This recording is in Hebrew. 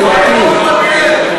הם צועקים.